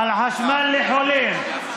על חשמל לזקנים.